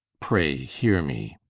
pray heare me